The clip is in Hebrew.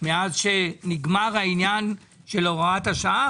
מאז שנגמר העניין של הוראת השעה?